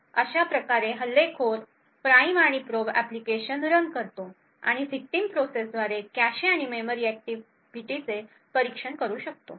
अशा प्रकारे हल्लेखोर प्राइम व प्रोब अॅप्लिकेशन रन करतो आणि विक्टिम प्रोसेसद्वारे कॅशे आणि मेमरी ऍक्टिव्हिटी चे परीक्षण करू शकतो